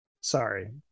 Sorry